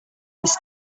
this